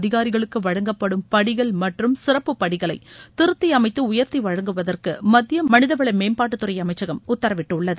அதிகாரிகளுக்கு வழங்கப்படும் படிகள் மற்றும்சிறப்பு படிகளை திருத்தி அமைத்து உயர்த்தி வழங்குவதற்கு மத்திய மனித வள மேம்பாட்டுத்துறை அமைச்சகம் உத்தரவிட்டுள்ளது